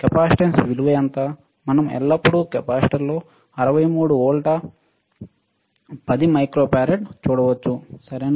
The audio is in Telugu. కెపాసిటెన్స్ విలువ ఎంత మనం ఎల్లప్పుడూ కెపాసిటర్లో 63 వోల్ట్ల 10 మైక్రోఫారడ్ చూడవచ్చు సరేనా